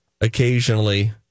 Occasionally